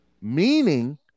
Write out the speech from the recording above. Meaning